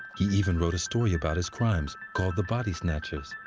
he even wrote a story about his crimes called the bodysnatchers.